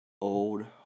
old